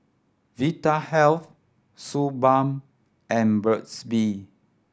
Vitahealth Suu Balm and Burt's Bee